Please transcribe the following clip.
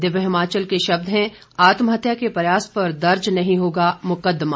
दिव्य हिमाचल के शब्द हैं आत्महत्या के प्रयास पर दर्ज नहीं होगा मुकदमा